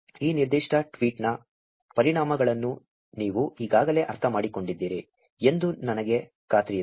ಈ ನಿರ್ದಿಷ್ಟ ಟ್ವೀಟ್ನ ಪರಿಣಾಮಗಳನ್ನು ನೀವು ಈಗಾಗಲೇ ಅರ್ಥಮಾಡಿಕೊಂಡಿದ್ದೀರಿ ಎಂದು ನನಗೆ ಖಾತ್ರಿಯಿದೆ